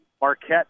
Marquette